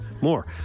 More